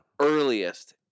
earliest